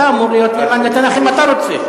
אתה אמור להיות נאמן לתנ"ך אם אתה רוצה.